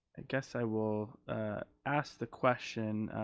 i guess i will ask the question.